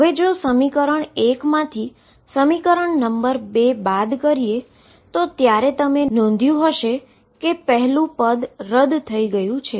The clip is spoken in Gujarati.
હવે જો સમીકરણ ૧ માંથી સમીકરણ ૨ બાદ કરીએ ત્યારે તમે નોંધ્યુ હશે કે પહેલું રદ થયું છે